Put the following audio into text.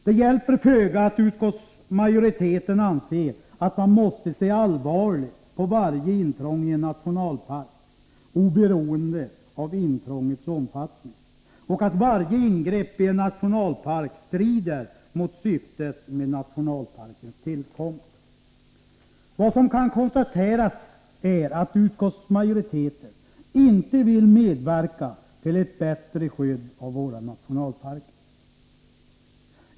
Det hjälper föga att utskottsmajoriteten anser att man måste se allvarligt på varje intrång i en nationalpark, oberoende av intrångets omfattning, och att varje ingrepp i en nationalpark strider mot syftet med nationalparkens tillkomst. Vad som kan konstateras är att utskottsmajoriteten inte vill medverka till ett bättre skydd av våra nationalparker.